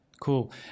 Cool